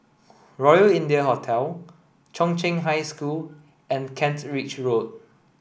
Royal India Hotel Chung Cheng High School and Kent Ridge Road